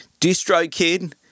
DistroKid